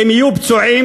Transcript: אם יהיו פצועים?